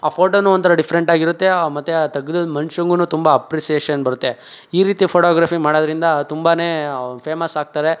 ಆ ಫೋಟೋ ಒಂಥರ ಡಿಫ್ರೆಂಟಾಗಿರುತ್ತೆ ಮತ್ತು ಆ ತೆಗ್ದಿದ್ ಮನುಷ್ಯಂಗು ತುಂಬ ಅಪ್ರಿಸಿಯೇಷನ್ ಬರುತ್ತೆ ಈ ರೀತಿ ಫೋಟೋಗ್ರಫಿ ಮಾಡೋದ್ರಿಂದ ತುಂಬ ಫೇಮಸ್ಸಾಗ್ತಾರೆ